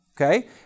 Okay